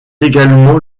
également